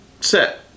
Set